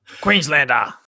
Queenslander